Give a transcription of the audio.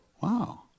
wow